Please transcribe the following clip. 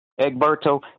Egberto